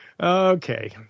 Okay